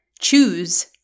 Choose